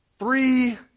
Three